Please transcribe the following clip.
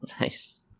Nice